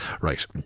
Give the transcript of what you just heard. Right